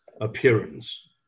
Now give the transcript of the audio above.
appearance